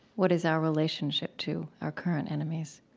what is our relationship to our current enemies?